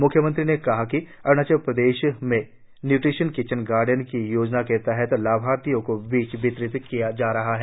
म्ख्यमंत्री ने कहा कि अरूणाचल प्रदेश में न्यूट्रिशन किचन गार्डेन की योजना के तहत लाभार्थियों को बीज वितरित किए जा रहे हैं